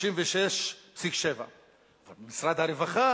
36.7%. במשרד הרווחה